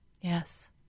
Yes